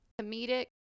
comedic